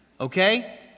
Okay